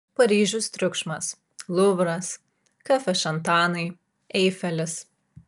paryžius triukšmas luvras kafešantanai eifelis